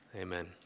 Amen